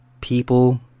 People